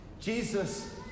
Jesus